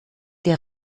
der